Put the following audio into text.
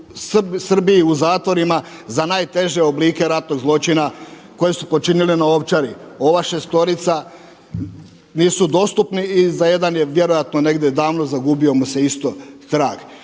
Srbiji u zatvorima za najteže oblike ratnog zločina koje su počinili na Ovčari. Ova šestorica nisu dostupni i za jedan je vjerojatno negdje davno zagubio mu se isto trag.